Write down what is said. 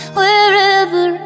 wherever